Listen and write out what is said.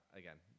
again